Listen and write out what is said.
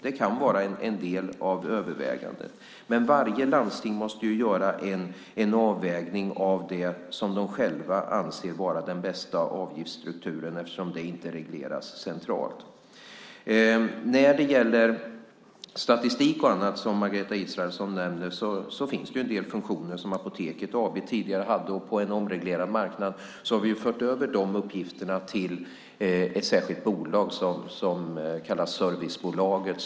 Det kan vara en del av övervägandet. Men varje landsting måste göra en avvägning av det som de själva anser vara den bästa avgiftsstrukturen eftersom det inte regleras centralt. När det gäller statistik och annat, som Margareta Israelsson nämner, finns det en del funktioner som Apoteket AB tidigare hade. På en omreglerad marknad har vi fört över de uppgifterna till ett särskilt bolag som kallas Servicebolaget.